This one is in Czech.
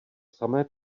samé